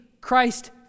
Christ